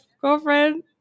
girlfriend